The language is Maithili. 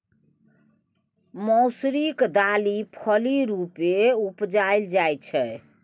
मौसरीक दालि फली रुपेँ उपजाएल जाइ छै